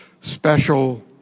special